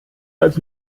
als